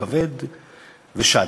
כבד ושד.